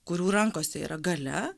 kurių rankose yra galia